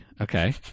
Okay